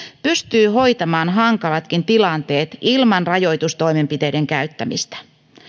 pystyy hoitamaan hankalatkin tilanteet ilman rajoitustoimenpiteiden käyttämistä